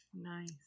nice